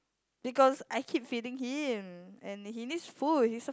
because I keep feeding him and he needs food he's a